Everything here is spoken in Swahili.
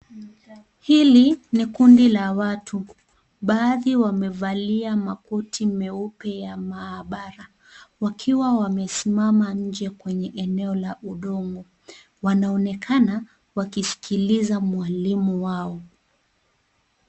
Hili ni kundi la watu baadhi wamevalia makoti meupe ya maabara wakiwa wamesimama nje kwenye eneo la hudumu wanaonekana wakiskiliza mwalimu wao.